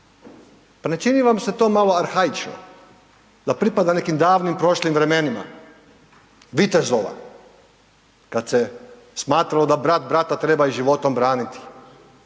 Pa ne čini vam se to malo arhaično? Da pripada nekim davnim prošlim vremenima vitezova, kad se smatralo da brat brata treba i životom braniti?